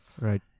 Right